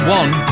one